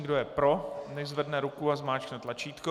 Kdo je pro, nechť zvedne ruku a zmáčkne tlačítko.